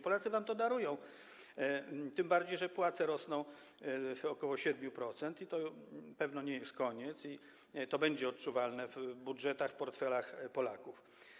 Polacy wam to darują, tym bardziej że płace rosną o ok. 7%, i to pewnie nie jest koniec, będzie to odczuwalne w budżetach, w portfelach Polaków.